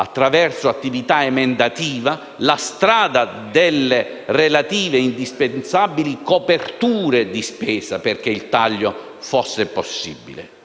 attraverso l'attività emendativa, la strada delle relative, indispensabili coperture di spesa perché il taglio fosse possibile.